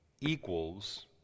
equals